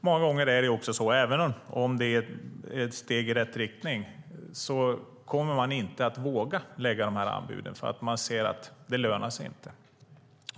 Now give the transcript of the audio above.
Många gånger är det också så, även om det är ett steg i rätt riktning, att man inte kommer att våga lägga de här anbuden för att det inte lönar sig.